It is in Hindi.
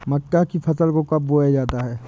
मक्का की फसल को कब बोया जाता है?